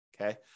Okay